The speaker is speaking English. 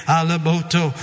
Alaboto